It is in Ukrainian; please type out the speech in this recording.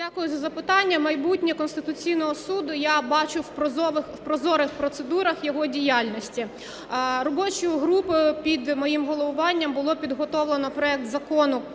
Дякую за запитання. Майбутнє Конституційного Суду я бачу в прозорих процедурах його діяльності. Робочою групою під моїм головуванням було підготовлено проект Закону